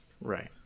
right